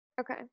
Okay